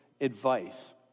advice